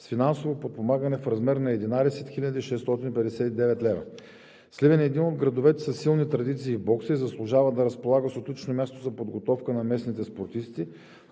с финансово подпомагане в размер на 11 659 лв. Сливен е един от градовете със силни традиции в бокса и заслужава да разполага с отлично място за подготовка на местните спортисти,